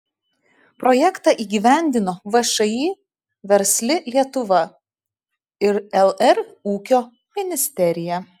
projektą įgyvendino všį versli lietuva ir lr ūkio ministerija